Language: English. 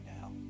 now